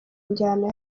njyana